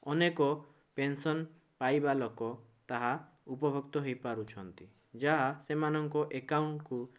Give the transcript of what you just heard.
ଅନେକ ପେନ୍ସନ୍ ପାଇବା ଲୋକ ତାହା ଉପଭୋକ୍ତ ହୋଇପାରୁଛନ୍ତି ଯାହା ସେମାନଙ୍କ ଏକାଉଣ୍ଟ୍କୁ